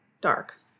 dark